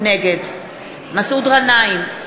נגד מסעוד גנאים,